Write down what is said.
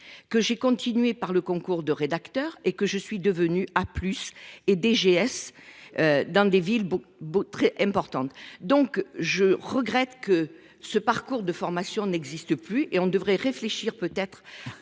que j'ai continué par le concours de rédacteur et que je suis devenu à plus et DGS. Dans des villes beau très importante donc je regrette que ce parcours de formation n'existe plus et on ne devrait réfléchir peut-être